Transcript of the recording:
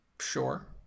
Sure